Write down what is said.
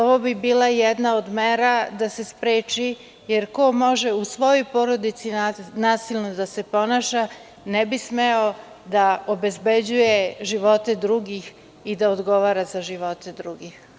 Ovo bi bila jedna od mera da se spreči, jer ko može u svojoj porodici nasilno da se ponaša ne bi smeo da obezbeđuje živote drugih i da odgovara za živote drugih.